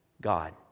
God